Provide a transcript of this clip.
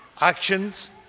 actions